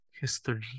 History